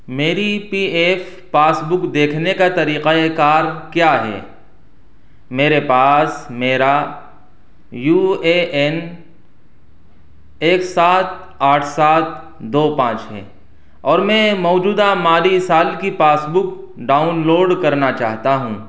میری P F passbook دیکھنے کا طریقۂ کار کیا ہے میرے پاس میرا یو اے این ایک سات آٹھ سات دو پانچ ہے اور میں موجودہ مالی سال کی پاس بک ڈاؤن لوڈ کرنا چاہتا ہوں